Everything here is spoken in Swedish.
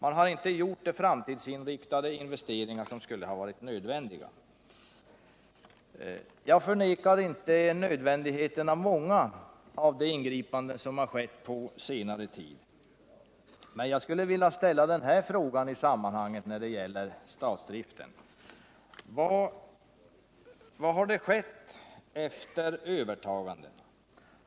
Man har inte gjort de framtidsinriktade investeringar som skulle ha varit nödvändiga. Jag förnekar inte nödvändigheten av de många ingripanden som skett på senare tid, men jag skulle vilja ställa den här frågan när det gäller bristen vid de statliga företagen: Vad har skett efter övertagandet?